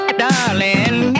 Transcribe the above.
darling